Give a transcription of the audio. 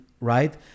right